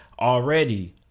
already